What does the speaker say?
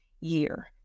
year